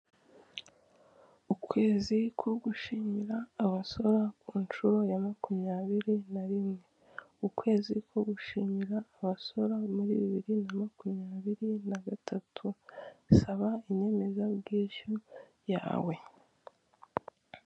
Ukwezi ko gushimira abasora ku nshuro ya makumyabiri nari rimwe(21). Ukwezi ko gushimira abasora muri bibiri na makumyabiri nagatatu(2023) saba inyemezabwishyu yawe.